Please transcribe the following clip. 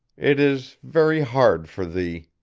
it is very hard for thee.